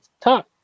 talk